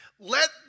Let